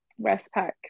Westpac